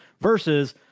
versus